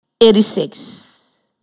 eighty-six